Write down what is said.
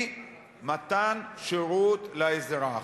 זה מתן שירות לאזרח.